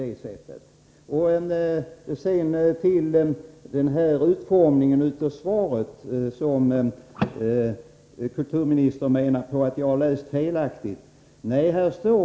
Jag tror inte att Sovjetunionen skulle uppfatta saken på det sättet. Kulturministern menar att jag har läst frågesvaret på ett felaktigt sätt.